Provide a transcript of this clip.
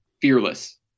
fearless